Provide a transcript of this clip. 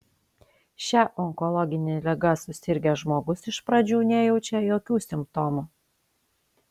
šia onkologine liga susirgęs žmogus iš pradžių nejaučia jokių simptomų